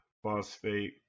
Phosphate